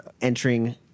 entering